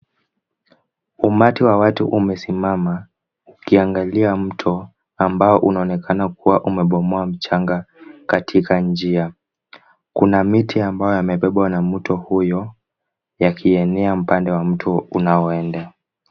Umati wa watu umesimama ukiangalia mto ambao unaonekana kuwa umebomoa mchanga katika njia. Kuna miti ambayo imebebwa na mto huo ikienea upande wa mto unaoenda.